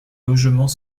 logement